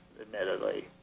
admittedly